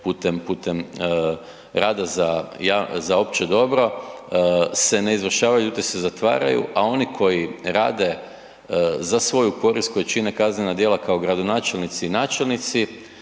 putem rada za opće dobro se ne izvršavaju, da se zatvaraju, a oni koji rade za svoju korist koji čine kaznena djela kao gradonačelnici i načelnici